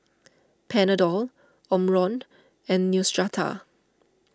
Panadol Omron and Neostrata